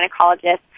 gynecologist